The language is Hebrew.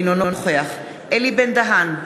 אינו נוכח אלי בן-דהן,